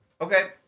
Okay